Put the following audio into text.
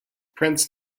prince